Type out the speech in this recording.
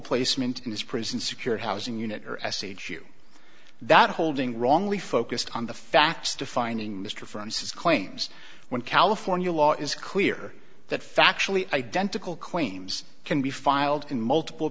placement in this prison secure housing unit or sh you that holding wrongly focused on the facts defining mr frum says claims when california law is clear that factually identical claims can be filed in multiple